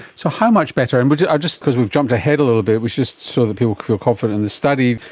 so how much better, and but yeah just because we've jumped ahead a little bit we should just, so that people feel confident in this study,